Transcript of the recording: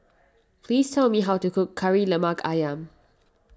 please tell me how to cook Kari Lemak Ayam